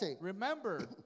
Remember